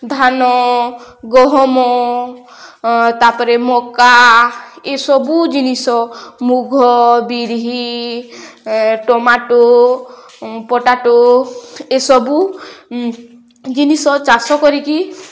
ଧାନ ଗହମ ତା'ପରେ ମକା ଏସବୁ ଜିନିଷ ମୁଗ ବିରି ଟମାଟୋ ପଟାଟୋ ଏସବୁ ଜିନିଷ ଚାଷ କରିକି